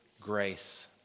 grace